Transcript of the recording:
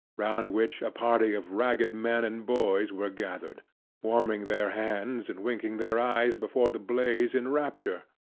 round which a party of ragged men and boys were gathered warming their hands and winking their eyes before the blaze in rapture.